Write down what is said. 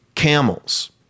Camels